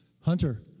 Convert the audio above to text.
Hunter